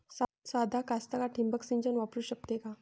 सादा कास्तकार ठिंबक सिंचन वापरू शकते का?